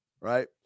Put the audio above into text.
right